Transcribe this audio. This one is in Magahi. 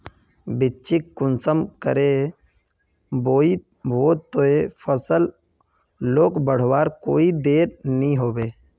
बिच्चिक कुंसम करे बोई बो ते फसल लोक बढ़वार कोई देर नी होबे?